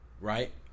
Right